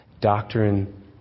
doctrine